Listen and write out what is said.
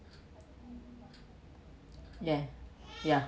yeah ya